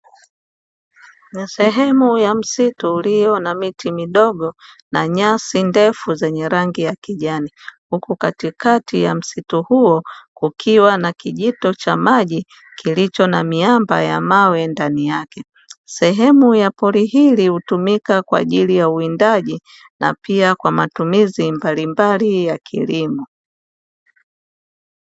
Ni sehemu ya msitu ulio na miti midogo na nyasi ndefu zenye rangi ya kijani, huku katikati ya msitu huo kukiwa na kijito cha maji kilicho na miamba ya mawe ndani yake, sehemu ya pori hili hutumika kwa ajili ya uwindaji na pia kwa matumizi mbalimbali ya kilimo.